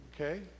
okay